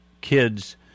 kids